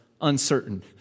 uncertain